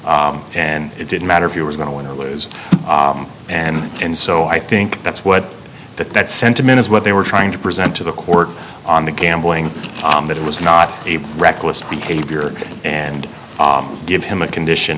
and it didn't matter if you were going to win or lose and and so i think that's what that that sentiment is what they were trying to present to the court on the gambling that it was not a reckless behavior and give him a condition